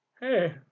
hey